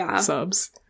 subs